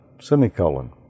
semicolon